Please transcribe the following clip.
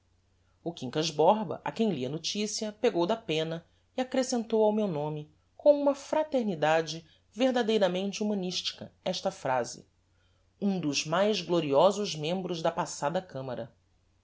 o quincas borba a quem li a noticia pegou da penna e acrescentou ao meu nome com uma fraternidade verdadeiramente humanistica esta phrase um dos mais gloriosos membros da passada camara